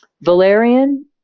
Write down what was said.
valerian